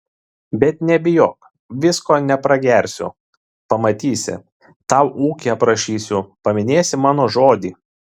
bet nebijok visko nepragersiu pamatysi tau ūkį aprašysiu paminėsi mano žodį